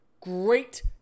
great